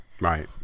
Right